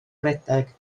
redeg